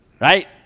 Right